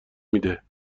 میده